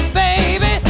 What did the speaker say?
baby